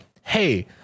hey